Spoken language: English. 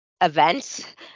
events